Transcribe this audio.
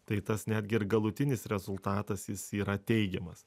tai tas netgi ir galutinis rezultatas jis yra teigiamas